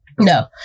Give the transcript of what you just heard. No